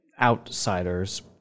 outsiders